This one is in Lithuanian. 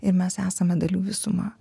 ir mes esame dalių visuma